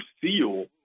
seal